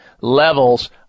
levels